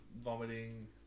vomiting